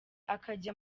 akajya